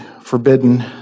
forbidden